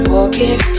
Walking